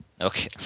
Okay